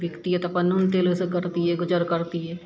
बिकतियै तऽ अपन नून तेल ओइसँ करतियै गुजर करतियै